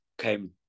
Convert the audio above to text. came